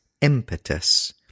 impetus